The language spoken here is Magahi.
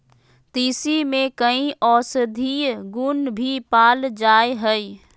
तीसी में कई औषधीय गुण भी पाल जाय हइ